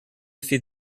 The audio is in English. feed